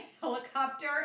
helicopter